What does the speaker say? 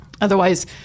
otherwise